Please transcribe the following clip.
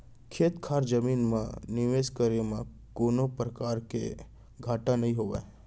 खेत खार जमीन म निवेस करे म कोनों परकार के घाटा नइ होवय